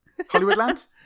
Hollywoodland